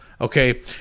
Okay